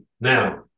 Now